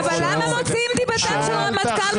למה מוציאים דיבתם של רמטכ"ל,